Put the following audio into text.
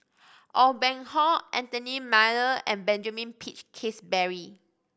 Aw Boon Haw Anthony Miller and Benjamin Peach Keasberry